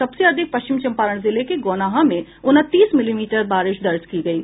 सबसे अधिक पश्चिम चम्पारण जिले के गौनाहा में उनतीस मिलीमीटर वर्षा दर्ज की गयी